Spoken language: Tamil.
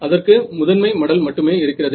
அதற்கு முதன்மை மடல் மட்டுமே இருக்கிறது